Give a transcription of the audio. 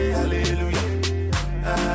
hallelujah